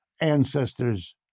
ancestors